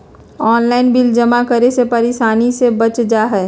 Online bill जमा करे से परेशानी से बच जाहई?